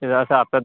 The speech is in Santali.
ᱪᱮᱫᱟᱜ ᱥᱮ ᱟᱯᱮ